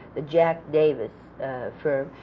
the jack davis firm,